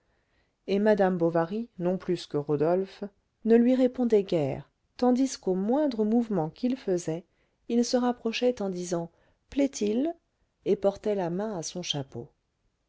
et madame bovary non plus que rodolphe ne lui répondait guère tandis qu'au moindre mouvement qu'ils faisaient il se rapprochait en disant plaît-il et portait la main à son chapeau